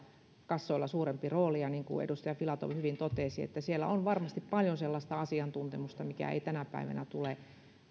kassoilla suurempi rooli ja niin kuin edustaja filatov hyvin totesi siellä on varmasti paljon sellaista asiantuntemusta mitä ei tänä päivänä tule